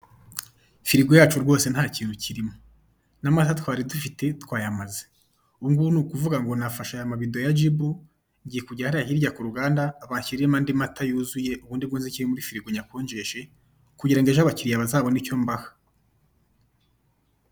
Firigo yacu rwose ntakintu kirimo, n'amata twari dufite twayamaze ubungubu ni ukuvuga ngo nafashe aya mabido ya jibu, ngiye kujya hariya hirya ku ruganda banshyiriremo andi mata yuzuye ubundi bwo nze nshyire muri firigo nyakonjeshe kugira ngo ejo abakiriya bazabone icyo mbaha.